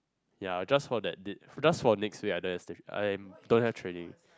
ya just for the date just for next week I don't have st~ I don't have training